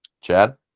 chad